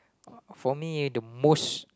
for me the most